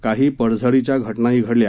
काही पडझडीच्या घटनाही झाल्या